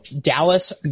Dallas